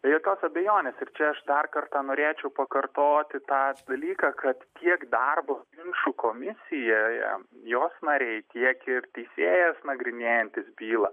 jokios abejonės ir čia aš dar kartą norėčiau pakartoti tą dalyką kad tiek darbo ginčų komisijoje jos nariai tiek ir teisėjas nagrinėjantis bylą